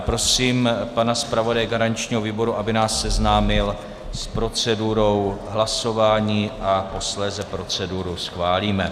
Prosím pana zpravodaje garančního výboru, aby nás seznámil s procedurou hlasování, a posléze proceduru schválíme.